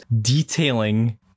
detailing